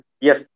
yes